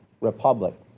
republic